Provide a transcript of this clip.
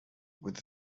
with